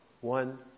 one